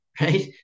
right